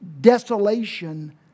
desolation